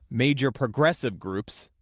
major progressive groups,